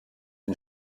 den